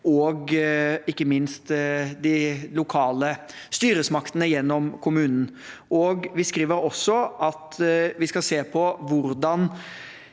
og ikke minst de lokale styresmaktene gjennom kommunen. Vi skriver også at vi skal se på hvordan